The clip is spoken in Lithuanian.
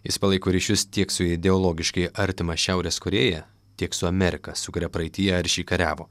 jis palaiko ryšius tiek su ideologiškai artima šiaurės korėja tiek su amerika su kuria praeityje aršiai kariavo